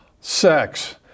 sex